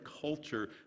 culture